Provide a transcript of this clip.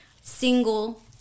single